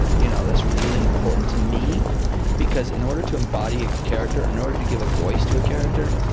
you know, that's really important to me because in order to embody a character, in order to give a voice to a character,